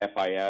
FIS